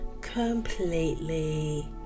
completely